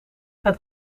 het